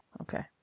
okay